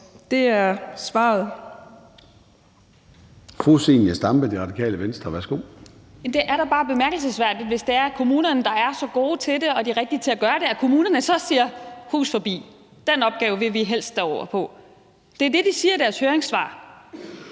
Det er da bare bemærkelsesværdigt, at kommunerne, der er så gode til det og de rigtige til at gøre det, siger: Hus forbi, den opgave vil vi helst stå over på. Det er det, de siger i deres høringssvar.